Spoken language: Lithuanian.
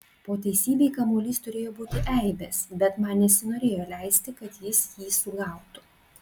po teisybei kamuolys turėjo būti eibės bet man nesinorėjo leisti kad jis jį sugautų